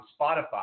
Spotify